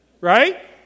right